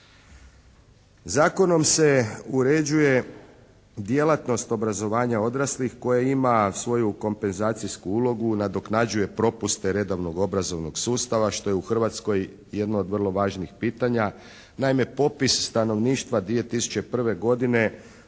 Zakonom se uređuje djelatnost obrazovanja odraslih koje ima svoju kompenzacijsku ulogu, nadoknađuje propuste redovnog obrazovnog sustava što je u Hrvatskoj jedno od vrlo važnih pitanja. Naime popis stanovništva 2001. godine